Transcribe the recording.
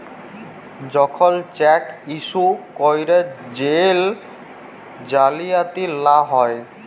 যখল cheque issue ক্যইরে জেল জালিয়াতি লা হ্যয়